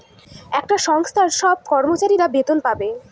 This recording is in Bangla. একটা সংস্থার সব কর্মচারীরা বেতন পাবে